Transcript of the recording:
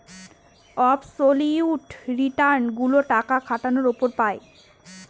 absolute return গুলো টাকা খাটানোর উপর পাই